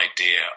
idea